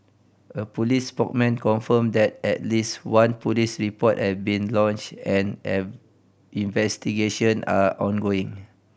a police spokesman confirmed that at least one police report has been lodged and an investigation are ongoing